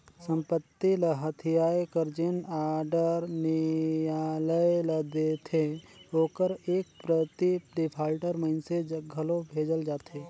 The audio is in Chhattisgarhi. संपत्ति ल हथियाए कर जेन आडर नियालय ल देथे ओकर एक प्रति डिफाल्टर मइनसे जग घलो भेजल जाथे